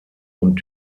und